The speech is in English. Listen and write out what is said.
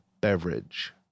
beverage